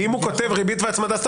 כי אם הוא כותב ריבית והצמדה,